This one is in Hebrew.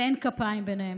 ואין כפיים ביניהן.